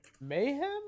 Mayhem